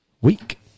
week